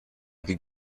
could